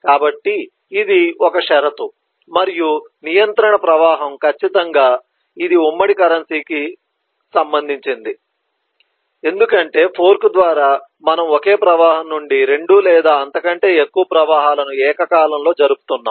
కాబట్టి ఇది ఒక షరతు మరియు నియంత్రణ ప్రవాహం ఖచ్చితంగా ఇది ఉమ్మడి కరెన్సీకి సంబంధించినది ఎందుకంటే ఫోర్క్ ద్వారా మనము ఒకే ప్రవాహం నుండి 2 లేదా అంతకంటే ఎక్కువ ప్రవాహాలను ఏకకాలంలో జరుపుతున్నాం